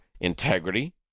integrity